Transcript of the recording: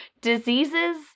diseases